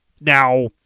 Now